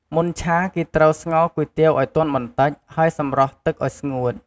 មុនឆា គេត្រូវស្ងោរគុយទាវឱ្យទន់បន្តិច ហើយសម្រស់ទឹកឱ្យស្ងួត។